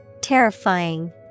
Terrifying